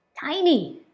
Tiny